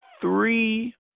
three